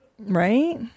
Right